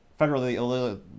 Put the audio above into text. federally